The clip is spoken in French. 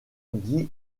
guy